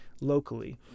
locally